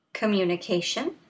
Communication